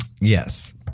Yes